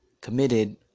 committed